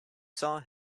saw